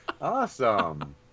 awesome